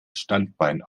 standbein